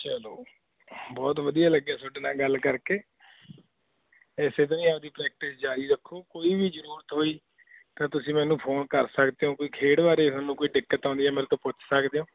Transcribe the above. ਚਲੋ ਬਹੁਤ ਵਧੀਆ ਲੱਗਿਆ ਤੁਹਾਡੇ ਨਾਲ ਗੱਲ ਕਰਕੇ ਇਸੇ ਤਰ੍ਹਾਂ ਹੀ ਆਪਣੀ ਪ੍ਰੈਕਟਿਸ ਜਾਰੀ ਰੱਖੋ ਕੋਈ ਵੀ ਜ਼ਰੂਰਤ ਹੋਈ ਤਾਂ ਤੁਸੀਂ ਮੈਨੂੰ ਫੋਨ ਕਰ ਸਕਦੇ ਹੋ ਕੋਈ ਖੇਡ ਬਾਰੇ ਤੁਹਾਨੂੰ ਕੋਈ ਦਿੱਕਤ ਆਉਂਦੀ ਹੈ ਮੇਰੇ ਤੋਂ ਪੁੱਛ ਸਕਦੇ ਹੋ